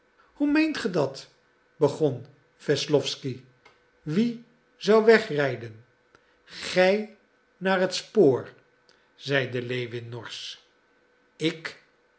hoe meent ge dat begon wesslowsky wie zou wegrijden gij naar het spoor zei lewin norsch ik